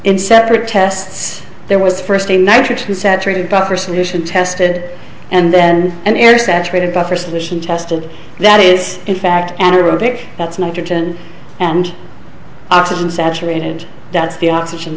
in separate tests there was first a nitrogen saturated buffer solution tested and then an air saturated buffer solution tested that is in fact anaerobic that's nitrogen and oxygen saturated that's the oxygen